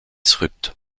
rupt